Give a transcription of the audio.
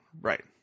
Right